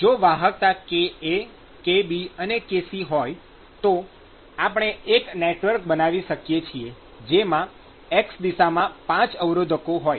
જો વાહકતા kA kB અને kC હોય તો આપણે એક નેટવર્ક બનાવી શકીએ છીએ જેમાં x દિશામાં ૫ અવરોધકો હોય